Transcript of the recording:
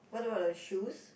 what about the shoes